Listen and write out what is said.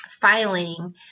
filing